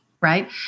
right